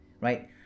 right